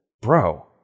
bro